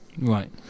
right